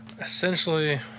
essentially